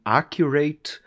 accurate